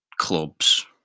clubs